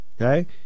Okay